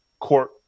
court